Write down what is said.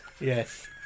yes